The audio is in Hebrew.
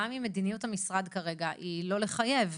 גם אם מדיניות המשרד כרגע היא לא לחייב.